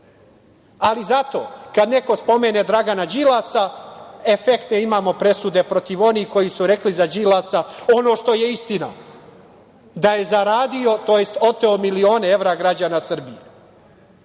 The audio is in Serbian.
ali zato kada neko spomene Dragana Đilasa, efekte imamo presude protiv onih koji su rekli za Đilasa ono što je istina, da je zaradio, tj. oteo milione evra građana Srbije. Kada